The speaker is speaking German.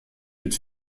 mit